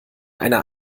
einer